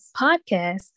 podcast